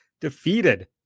defeated